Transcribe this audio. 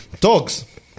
Dogs